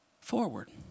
forward